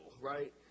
right